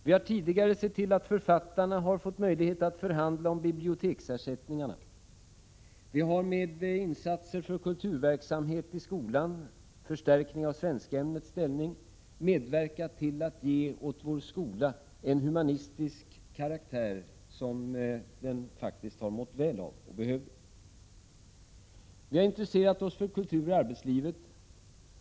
Vi har tidigare sett till att författarna har fått möjlighet att förhandla om biblioteksersättningarna. Vi har med insatser för kulturverksamhet i skolan, förstärkning av svenskämnets ställning, medverkat till att ge åt vår skola en humanistisk karaktär, som den faktiskt har mått väl av och behöver. Vi har intresserat oss för kultur i arbetslivet.